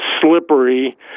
slippery